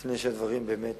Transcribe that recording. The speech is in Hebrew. לפני שהדברים באמת